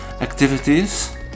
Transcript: activities